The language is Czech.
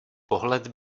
pohled